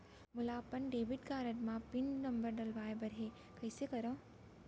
मोला अपन debit card म पिन नंबर डलवाय बर हे कइसे करव?